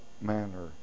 manner